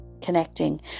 connecting